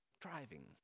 driving